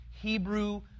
Hebrew